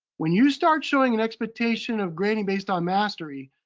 when you start showing an expectation of grading based on mastery,